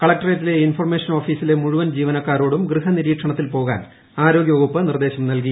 കളക്ടറേറ്റിലെ information ഓഫീസിലെ മുഴുവൻ ജീവനക്കാരോടും ഗൃഹ നിരീക്ഷണത്തിൽ പോകാൻ ആരോഗ്യവകുപ്പ് നിർദ്ദേശം നൽകി